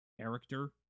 character